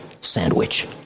sandwich